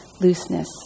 looseness